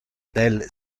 del